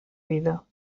vida